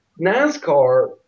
NASCAR